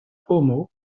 pomo